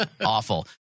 Awful